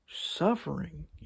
Suffering